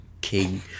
king